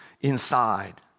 inside